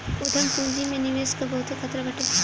उद्यम पूंजी में निवेश कअ बहुते खतरा बाटे